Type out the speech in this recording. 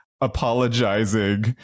apologizing